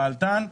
פעלתן,